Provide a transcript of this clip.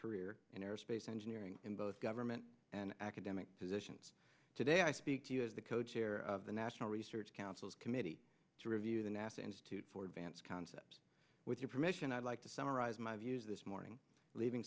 career in aerospace engineering in both government and academic positions today i speak to you as the co chair of the national research council committee to review the nasa institute for advanced concepts with your permission i'd like to summarize my views this morning leaving